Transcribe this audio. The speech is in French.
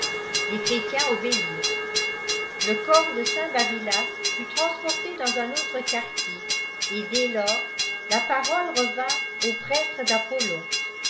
lès chrétiens obéirent le corps de saint babylas fut transporté dans un autre quartier et dès tors la parole revint aux prétr d